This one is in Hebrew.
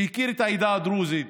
שהכיר את העדה הדרוזית,